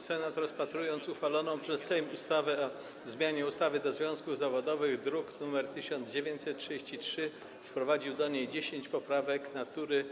Senat po rozpatrzeniu uchwalonej przez Sejm ustawy o zmianie ustawy o związkach zawodowych, druk nr 1933, wprowadził do niej 10 poprawek natury